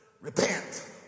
Repent